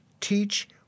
teach